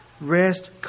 Rest